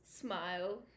smile